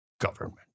government